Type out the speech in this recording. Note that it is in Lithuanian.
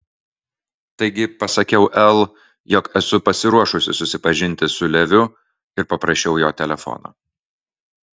taigi pasakiau el jog esu pasiruošusi susipažinti su leviu ir paprašiau jo telefono